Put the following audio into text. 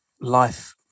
life